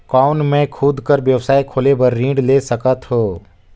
कौन मैं खुद कर व्यवसाय खोले बर ऋण ले सकत हो?